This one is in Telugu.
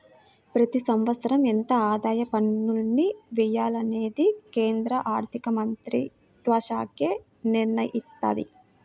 ప్రతి సంవత్సరం ఎంత ఆదాయ పన్నుల్ని వెయ్యాలనేది కేంద్ర ఆర్ధికమంత్రిత్వశాఖే నిర్ణయిత్తది